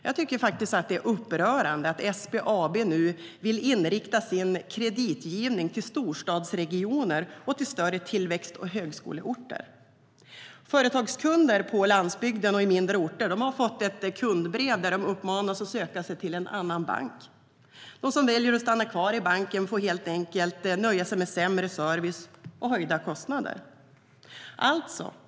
Jag tycker faktiskt att det är upprörande att SBAB nu vill inrikta sin kreditgivning på storstadsregioner och på större tillväxt och högskoleorter. Företagskunder på landsbygden och i mindre orter har fått ett kundbrev där de uppmanas att söka sig till en annan bank. De som väljer att stanna kvar i banken får helt enkelt nöja sig med sämre service och höjda kostnader.